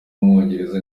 w’umwongereza